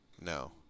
No